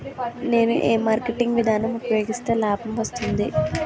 నేను ఏ మార్కెటింగ్ విధానం ఉపయోగిస్తే లాభం వస్తుంది?